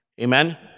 Amen